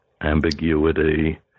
ambiguity